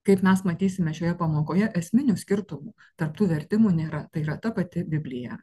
kaip mes matysime šioje pamokoje esminių skirtumų tarp tų vertimų nėra tai yra ta pati biblija